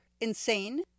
insane